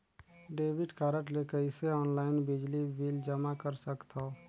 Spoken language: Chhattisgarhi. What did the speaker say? डेबिट कारड ले कइसे ऑनलाइन बिजली बिल जमा कर सकथव?